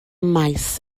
maes